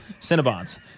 cinnabons